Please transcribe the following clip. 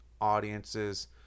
audiences